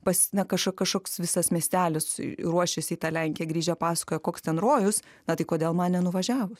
pas na kaša kažkoks visas miestelis ruošias į tą lenkiją grįžę pasakoja koks ten rojus na tai kodėl man nenuvažiavus